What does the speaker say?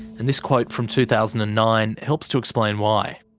and this quote from two thousand and nine helps to explain why.